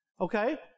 Okay